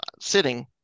sitting